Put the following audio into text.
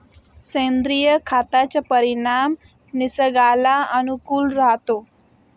सेंद्रिय खताचा परिणाम निसर्गाला अनुकूल राहतो